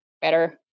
better